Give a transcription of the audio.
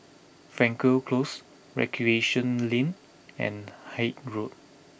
Frankel Close Recreation Lane and Haig Road